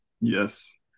Yes